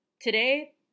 Today